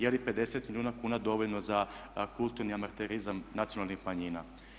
Je li 50 milijuna kuna dovoljno za kulturni amaterizam nacionalnih manjina?